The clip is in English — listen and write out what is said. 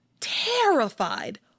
Terrified